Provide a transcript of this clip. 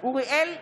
אוריאל בוסו,